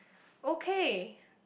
okay